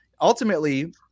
ultimately